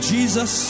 Jesus